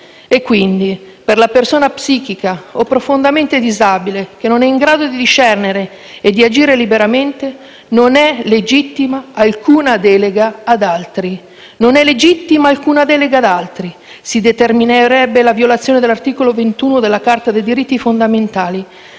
è. Quindi, per la persona psichica o profondamente disabile, che non è in grado di discernere e di agire liberamente, non è legittima alcuna delega ad altri. Si determinerebbe la violazione dell'articolo 21 della Carta dei diritti fondamentali